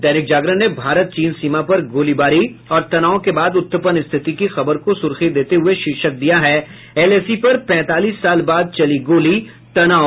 दैनिक जागरण ने भारत चीन सीमा पर गोलीबारी और तनाव के बाद उत्पन्न स्थिति की खबर को सुर्खी देते हुए शीर्षक दिया है एलएसी पर पैंतालीस साल बाद चली गोली तनाव